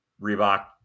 reebok